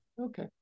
Okay